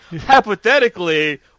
hypothetically